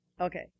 okay